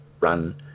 run